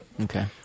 Okay